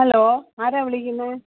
hello ആരാ വിളിക്കുന്നേ